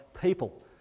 people